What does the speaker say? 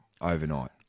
overnight